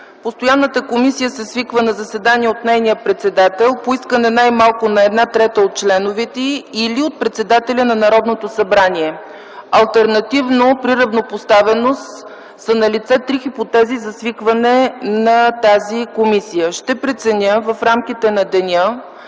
постоянната комисия се свиква на заседание от нейния председател, по искане най-малко на една трета от членовете й или от председателя на Народното събрание. Алтернативно, при равнопоставеност са налице три хипотези за свикване на тази комисия. Ще преценя в рамките на деня